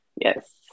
yes